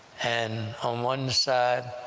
and on one side,